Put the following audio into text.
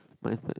mine's not